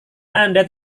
anda